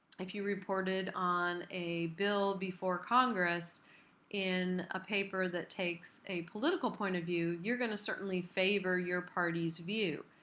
if you reported on a bill before congress in a paper that takes a political point of view, you're going to certainly favor your party's view.